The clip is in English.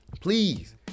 Please